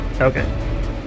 Okay